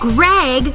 Greg